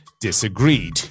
disagreed